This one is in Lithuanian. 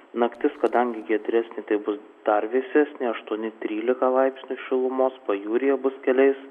naktis kadangi giedresnė tai bus dar vėsesni aštuoni trylika laipsnių šilumos pajūryje bus keliais